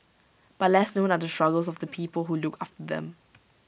but less known are the struggles of the people who look after them